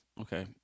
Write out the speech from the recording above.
okay